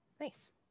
Nice